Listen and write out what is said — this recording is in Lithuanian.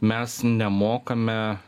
mes nemokame